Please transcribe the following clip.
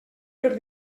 per